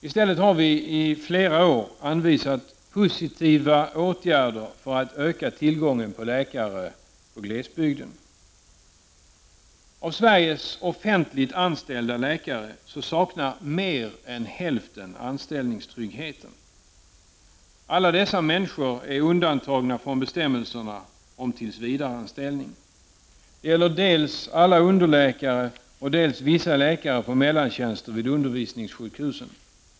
I stället har vi i flera år anvisat positiva åtgärder för att öka tillgången på läkare i glesbygden. Av Sveriges offentligt anställda läkare saknar mer än hälften anställningstrygghet. Alla dessa människor är undantagna från bestämmelserna om tillsvidareanställning. Det gäller dels alla underläkare, dels vissa läkare på mellantjänster vid undervisningssjukhusen.